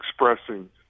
expressing